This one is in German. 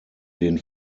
den